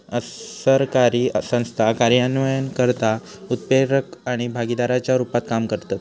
असरकारी संस्था कार्यान्वयनकर्ता, उत्प्रेरक आणि भागीदाराच्या रुपात काम करतत